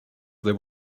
there